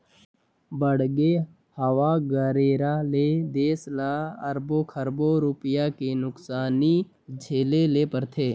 बाड़गे, हवा गरेरा ले देस ल अरबो खरबो रूपिया के नुकसानी झेले ले परथे